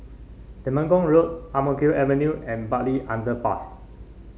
Temenggong Road Ang Mo Kio Avenue and Bartley Underpass